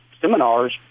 seminars